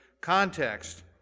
context